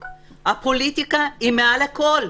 הפוליטיקה היא מעל הכול.